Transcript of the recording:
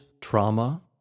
trauma